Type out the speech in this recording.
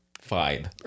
fine